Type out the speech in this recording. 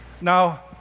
Now